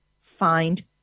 find